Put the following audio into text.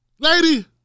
Lady